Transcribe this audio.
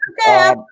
Okay